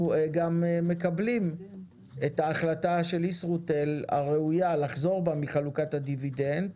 אנחנו גם מקבלים את ההחלטה הראויה של ישרוטל לחזור בה מחלוקת הדיבידנד.